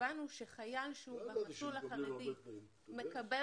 הבנו שחייל שהוא במסלול החרדי מקבל